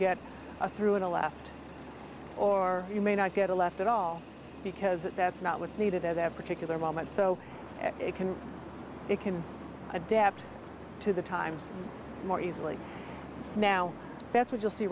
a through in a left or you may not get a left at all because that's not what's needed at that particular moment so it can it can adapt to the times more easily now that's what you'll see